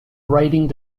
writing